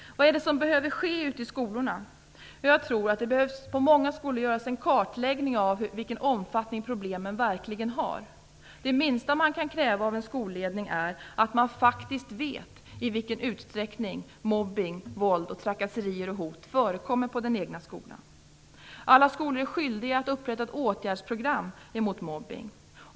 Vad är det som behöver ske ute i skolorna? Jag tror att det på många skolor behöver göras en kartläggning av vilken omfattning problemen verkligen har. Det minsta man kan kräva av en skolledning är att den faktiskt vet i vilken utsträckning mobbning, våld, trakasserier och hot förekommer på den egna skolan. Alla skolor är skyldiga att upprätta ett åtgärdsprogram mot mobbning.